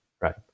Right